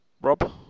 Rob